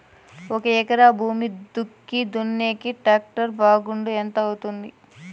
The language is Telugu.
ఒక ఎకరా భూమి దుక్కి దున్నేకి టాక్టర్ బాడుగ ఎంత అవుతుంది?